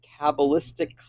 Kabbalistic